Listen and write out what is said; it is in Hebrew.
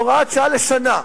להוראת שעה לשנה,